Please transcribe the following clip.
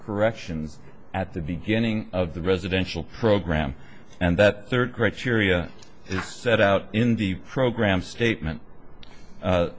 corrections at the beginning of the residential program and that third grade shiria is set out in the program statement